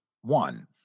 one